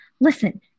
listen